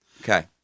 Okay